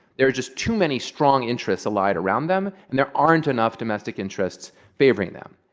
there are just too many strong interests allied around them, and there aren't enough domestic interests favoring them.